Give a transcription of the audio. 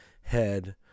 head